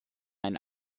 ein